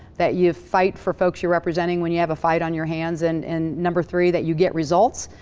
that you fight for folks you're representing, when you have a fight on your hands. and, and number three, that you get results.